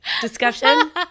discussion